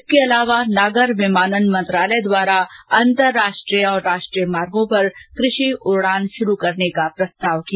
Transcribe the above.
इसके अलावा नागर विमान मंत्रालय द्वारा अंतर्राष्ट्रीय और राष्ट्रीय मार्गो पर कृषि उडान की शुरूआत करने का भी प्रस्ताव किया